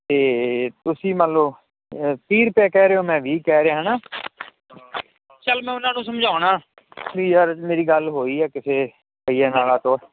ਤੇ ਤੁਸੀਂ ਮੰਨ ਲੋ ਤੀਹ ਰੁਪਏ ਕਹਿ ਰਹੇ ਓ ਮੈਂ ਵੀਹ ਰੁਪਏ ਕਹਿ ਰਿਹਾ ਹੈਨਾ ਚੱਲ ਮੈਂ ਉਹਨਾਂ ਨੂੰ ਸਮਝਾਉਂਦਾ ਵੀ ਯਾਰ ਮੇਰੀ ਗੱਲ ਹੋਈ ਆ ਕਿਸੇ ਤੋਂ